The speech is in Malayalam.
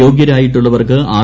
യോഗ്യരായിട്ടുള്ളവർക്ക് ആർ